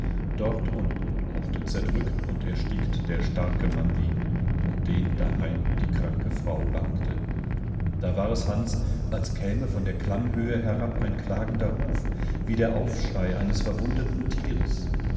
dort unten mochte zerdrückt und erstickt der starke mann liegen um den daheim die kranke frau bangte da war es hans als käme von der klammhöhe herab ein klagender ruf wie der aufschrei eines verwundeten tieres